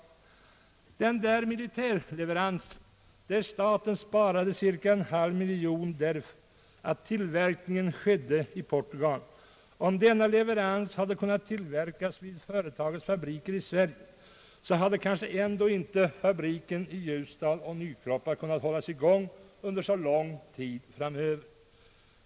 På en militärleverans sparade staten cirka en halv miljon kronor därför att tillverkning skedde i Portugal. Om tillverkningen för denna leverans hade kunnat ske vid företagets fabriker i Sverige, hade kanske ändå inte fabrikerna i Ljusdal och Nykroppa kunnat hållas i gång under så lång tid framöver.